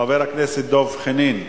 חבר הכנסת דב חנין,